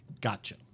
Gotcha